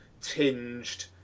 tinged